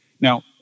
Now